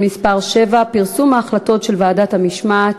אין נמנעים.